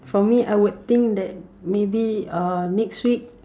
for me I would think that maybe uh next week